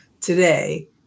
today